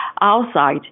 outside